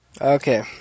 Okay